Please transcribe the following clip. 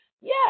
yes